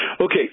Okay